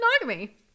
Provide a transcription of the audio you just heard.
monogamy